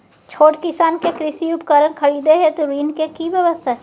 छोट किसान के कृषि उपकरण खरीदय हेतु ऋण के की व्यवस्था छै?